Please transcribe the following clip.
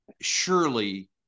surely